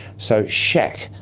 so shac,